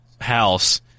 house